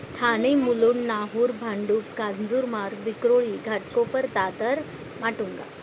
Thane Mulund Nahur Bhandup Kanjurmarg Vikhroli Ghatkopar Dadar Matunga